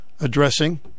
addressing